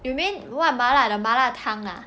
you mean what 麻辣 the 麻辣烫 ah